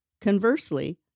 Conversely